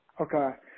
Okay